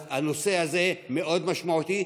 אז הנושא הזה מאוד משמעותי,